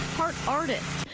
part artist,